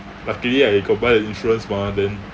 luckily I got buy the insurance mah then